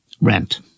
rent